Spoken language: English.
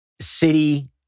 City